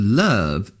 love